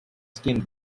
skin